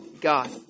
God